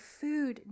food